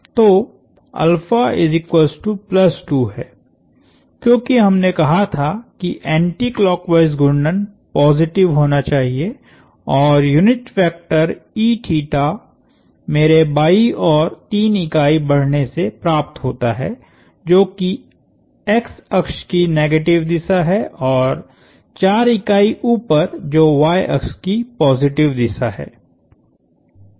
तोहै क्योंकि हमने कहा था कि एंटीक्लॉकवाइज घूर्णन पॉजिटिव होना चाहिए और यूनिट वेक्टर मेरे बायीं ओर 3 इकाई बढ़ने से प्राप्त होता है जो कि x अक्ष की निगेटिव दिशा है और 4 इकाई ऊपर जो y अक्ष की पॉजिटिव दिशा है